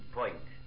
point